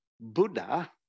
Buddha